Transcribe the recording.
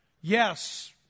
Yes